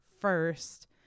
first